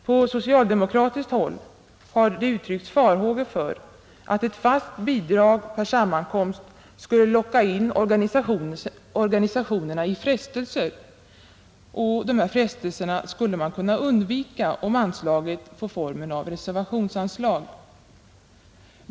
På socialdemokratiskt håll har det uttryckts farhågor för att ett fast bidrag per sammankomst skulle locka in organisationerna i frestelser, och de frestelserna skulle man kunna undvika om anslaget får formen av reservationsanslag.